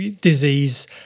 disease